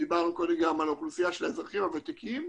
ודיברנו קודם גם על האוכלוסייה של האזרחים הוותיקים,